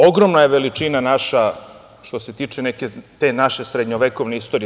Ogromna je veličina naša što se tiče te naše neke srednjovekovne istorije.